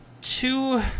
Two